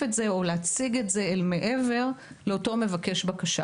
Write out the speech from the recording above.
את זה או להציג את זה גם אל מעבר לאותו מבקש הבקשה,